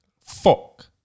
Fuck